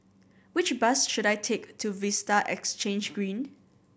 which bus should I take to Vista Exhange Green